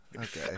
okay